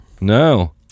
no